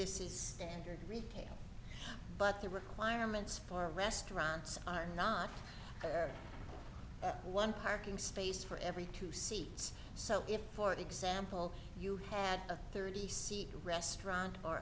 this is standard retail but the requirements for restaurants are not one parking space for every two seats so if for example you had a thirty seat a restaurant or